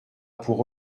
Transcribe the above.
pour